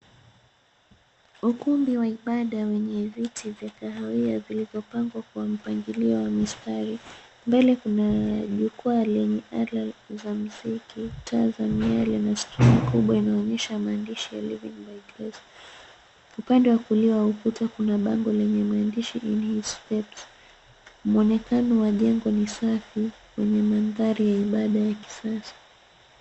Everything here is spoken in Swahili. Ukumbi wa ibada wenye viti vya kahawia vilivyopangwa kwa mpangilio wa mistari, mbele kuna jukwaa la ala za muziki. Taa za miale na skrini kubwa inaonyesha maandishi ya [cp]Living by Grace[cp]. Upande wa kulia wa ukuta kuna bango lenye maandishi [cp]in his steps[cp]. Muonekano wa jengo ni safi wenye maanthari ya ibada ya kisasa.